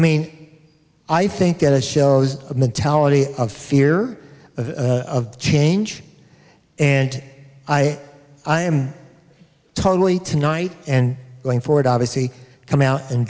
mean i think it shows a mentality of fear of change and i am totally tonight and going forward obviously come out and